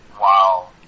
Wow